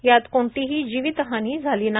यात कोणतीही जीवितहानी झाली नाही